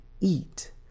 eat